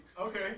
Okay